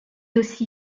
aussi